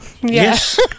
Yes